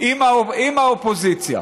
עם האופוזיציה.